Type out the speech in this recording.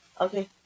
Okay